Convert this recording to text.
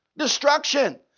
destruction